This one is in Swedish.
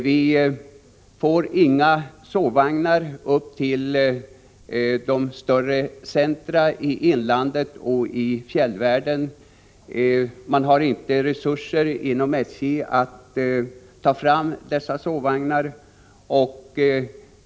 Det finns inga sovvagnar på tågen till större centra i inlandet och i fjällvärlden. SJ har inte resurser att ta fram dessa sovvagnar.